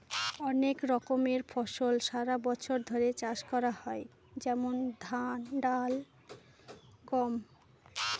অনেক রকমের ফসল সারা বছর ধরে চাষ করা হয় যেমন ধান, ডাল, গম